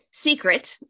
secret